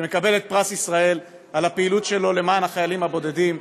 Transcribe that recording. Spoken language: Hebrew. שמקבל את פרס ישראל על הפעילות שלו למען החיילים הבודדים.